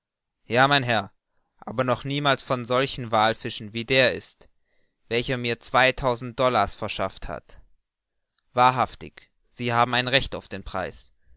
ja mein herr aber noch niemals von solchen wallfischen wie der ist welcher mir zweitausend dollars verschafft hat wahrhaftig sie haben ein recht auf den preis